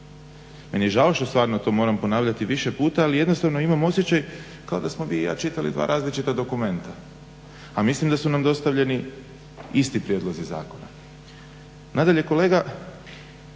Meni je žao što stalno to moram ponavljati više puta, ali jednostavno imam osjećaj kao da smo vi i ja čitali dva različita dokumenta a mislim da su nam dostavljeni isti prijedlozi zakona. Nadalje, kolega